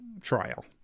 trial